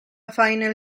final